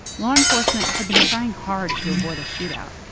law enforcement had been trying hard to avoid a shootout.